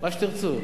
מה שתרצו.